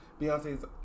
Beyonce's